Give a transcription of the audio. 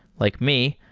like me,